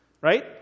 Right